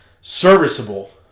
serviceable